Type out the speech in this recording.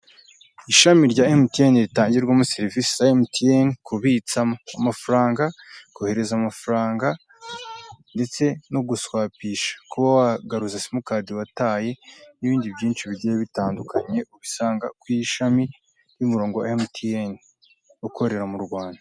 Ishami rya MTN, ritangirwamo serivisi za MTN, kubitsa amafaranga, kohereza amafaranga, ndetse no guswapisha, kuba wagaruza simukadi wataye n'ibindi byinshi bigiye bitandukanye, ubisanga ku ishami ry'umurongo wa MTN ukorera mu Rwanda.